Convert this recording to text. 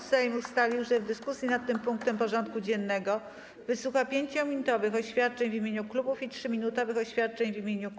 Sejm ustalił, że w dyskusji nad tym punktem porządku dziennego wysłucha 5-minutowych oświadczeń w imieniu klubów i 3-minutowych oświadczeń w imieniu kół.